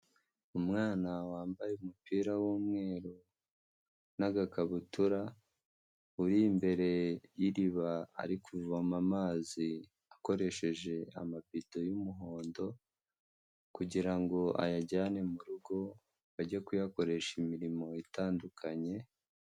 Umwana wambaye umupira w'umweru n'agakabutura, uri imbere y'iriba ari kuvoma amazi akoresheje amabido y'umuhondo, kugira ngo ayajyane mu rugo bajye kuyakoresha imirimo itandukanye.